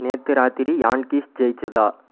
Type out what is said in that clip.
நேற்று ராத்திரி யான்கீஸ் ஜெயிச்சுதா